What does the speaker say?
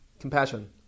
compassion